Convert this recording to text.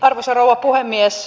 arvoisa rouva puhemies